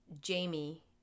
Jamie